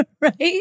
right